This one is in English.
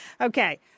Okay